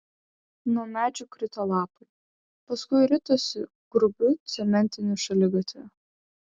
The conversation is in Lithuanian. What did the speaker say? nuo medžių krito lapai paskui ritosi grubiu cementiniu šaligatviu